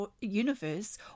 universe